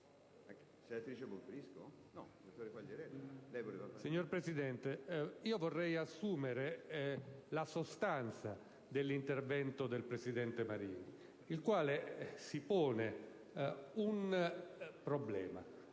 Signor Presidente, vorrei assumere la sostanza dell'intervento del presidente Marini, il quale si pone il problema